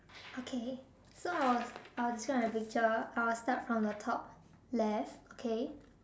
okay so I was uh discuss the picture I will start from the top left okay